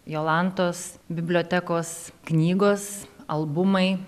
jolantos bibliotekos knygos albumai